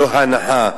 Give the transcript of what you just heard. ולא הנחה.